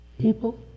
People